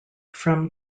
from